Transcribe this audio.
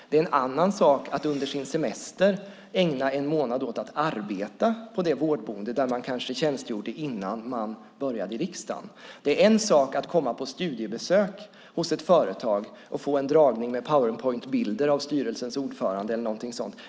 Det är en helt annan sak att under sin semester ägna en månad åt att arbeta vid det vårdboende där man kanske tjänstgjorde innan man kom in i riksdagen. Det är en sak att göra studiebesök på ett företag och få en föredragning med powerpointbilder av styrelsens ordförande eller något sådant.